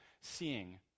seeing